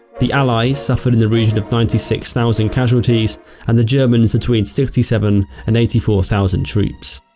the allies suffered in the region of ninety six thousand casualties and the germans between sixty seven and eighty four thousand troops.